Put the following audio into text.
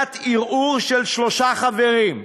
ועדת ערעור של שלושה חברים,